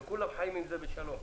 וכולם חיים עם זה בשלום.